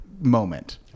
moment